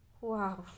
Wow